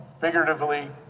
figuratively